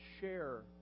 share